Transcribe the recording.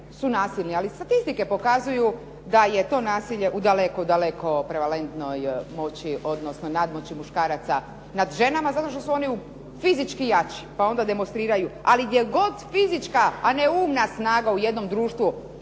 su nasilni ali statistike pokazuju da je to nasilje u daleko prevalentnoj moći odnosno nadmoći muškaraca nad ženama zato što su oni fizički jači pa onda demonstriraju. Ali gdje god fizička a ne umna snaga u jednom društvu